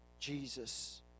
Jesus